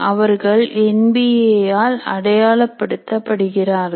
அவர்கள் என்பிஏ ஆல் அடையாளப் படுத்தப் படுகிறார்கள்